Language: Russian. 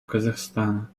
казахстана